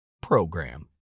PROGRAM